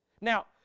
Now